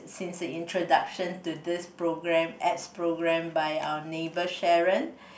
since its introduction to this program ex program by our neighbour Sharon